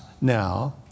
now